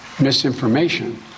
misinformation